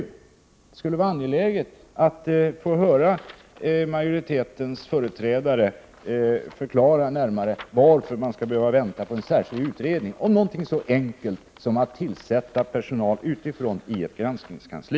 Det skulle vara angeläget att få höra majoritetens företrädare närmare förklara varför man skall behöva vänta på en särskild utredning om någonting så enkelt som att utifrån tillsätta personal i ett granskningskansli.